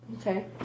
okay